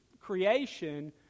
creation